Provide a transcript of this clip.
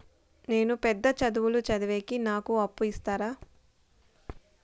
నేను పెద్ద చదువులు చదివేకి నాకు అప్పు ఇస్తారా